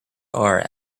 are